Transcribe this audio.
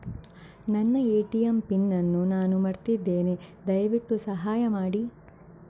ನನ್ನ ATM PIN ಅನ್ನು ನಾನು ಮರ್ತಿದ್ಧೇನೆ, ದಯವಿಟ್ಟು ಸಹಾಯ ಮಾಡಿ